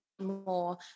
more